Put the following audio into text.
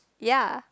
ya